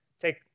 take